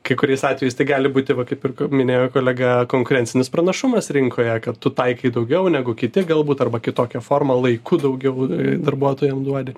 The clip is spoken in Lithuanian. kai kuriais atvejais tai gali būti va kaip ir minėjo kolega konkurencinis pranašumas rinkoje kad tu taikai daugiau negu kiti galbūt arba kitokia forma laiku daugiau darbuotojam duodi